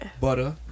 butter